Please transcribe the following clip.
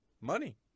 money